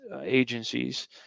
agencies